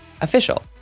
official